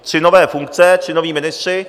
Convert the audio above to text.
Tři nové funkce, tři noví ministři.